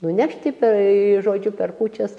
nunešti pe žodžiu per kūčias